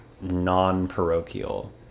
non-parochial